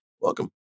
Welcome